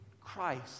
Christ